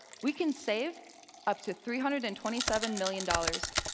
we can save up to three hundred and twenty seven million dollars.